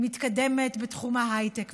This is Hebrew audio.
היא מתקדמת בתחום ההייטק,